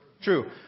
True